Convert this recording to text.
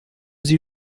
sie